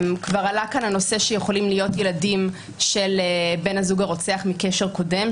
כבר עלה כאן הנושא שיכולים להיות ילדים של בן הזוג הרוצח מקשר קודם,